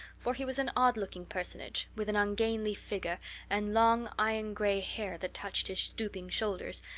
for he was an odd-looking personage, with an ungainly figure and long iron-gray hair that touched his stooping shoulders,